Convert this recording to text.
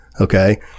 okay